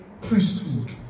priesthood